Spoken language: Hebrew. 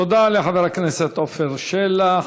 תודה לחבר הכנסת עפר שלח.